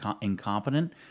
incompetent